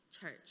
church